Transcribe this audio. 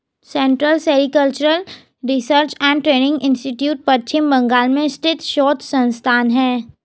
central sericultural research and training institute Paschim Bengal में स्थित शोध संस्थान है